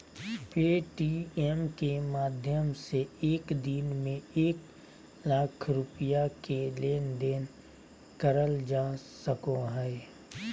Paytm के माध्यम से एक दिन में एक लाख रुपया के लेन देन करल जा सको हय